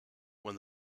when